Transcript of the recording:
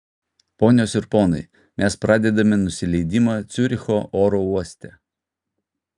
ponios ir ponai mes pradedame nusileidimą ciuricho oro uoste